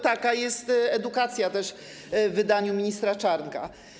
Taka jest też edukacja w wydaniu ministra Czarnka.